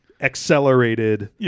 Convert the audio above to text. accelerated